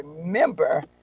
remember